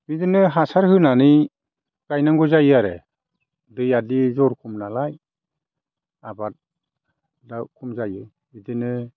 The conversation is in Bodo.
बिदिनो हासार होनानै गायनांगौ जायो आरो दैयादि जर खम नालाय आबादा खम जायो बिदिनो